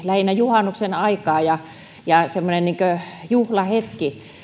lähinnä juhannuksen aikaan ja semmoisiin juhlahetkiin